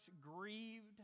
grieved